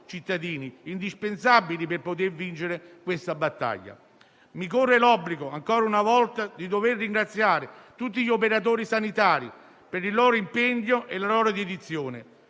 cittadini, indispensabili per poter vincere questa battaglia. Mi corre l'obbligo, ancora una volta, di dover ringraziare tutti gli operatori sanitari per il loro impegno e la loro dedizione,